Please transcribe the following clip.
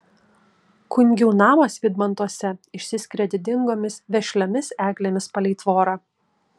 kungių namas vydmantuose išsiskiria didingomis vešliomis eglėmis palei tvorą